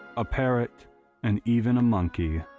a parrot and even a monkey.